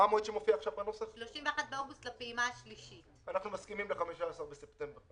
אנחנו מסכימים ל-15 בספטמבר.